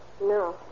No